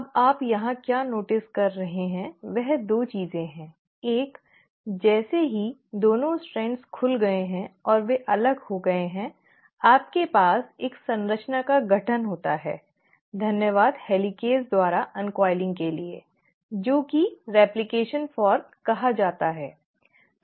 अब आप यहाँ क्या नोटिस कर रहे हैं वह 2 चीजें हैं एक जैसे ही 2 स्ट्रैंड खुल गए हैं और वे अलग हो गए हैं आपके पास एक संरचना का गठन होता है धन्यवाद हेलिकेज़ द्वारा अन्कॉइलिंग के लिए जो कि रेप्लिकेशॅन फ़ॉर्क कहा जाता है